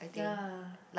ya